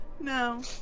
No